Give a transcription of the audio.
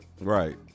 Right